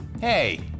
Hey